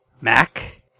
Mac